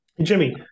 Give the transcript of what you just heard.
jimmy